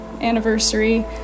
anniversary